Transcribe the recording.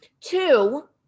Two